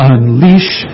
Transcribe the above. Unleash